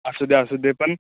असू दे असू दे पण